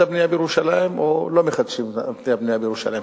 הבנייה בירושלים או לא מחדשים את הבנייה בירושלים.